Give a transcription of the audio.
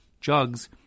jugs